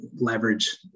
leverage